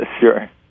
sure